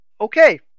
okay